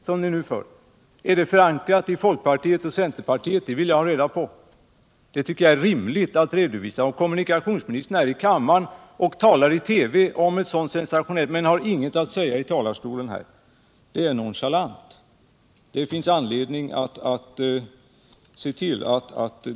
Jag vill ha reda på om det är förankrat i folkpartiet och i centerpartiet. Det är rimligt att ni redovisar det om kommunikationsministern i TV talar om något så sensationellt, men här i talarstolen inte har någonting att säga.